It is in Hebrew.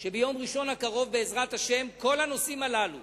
שביום ראשון הקרוב, בעזרת השם, כל הנושאים הללו